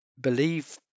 believe